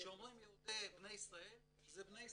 כשאומרים יהודי בני ישראל, זה בני ישראל.